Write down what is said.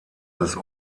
des